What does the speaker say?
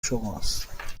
شماست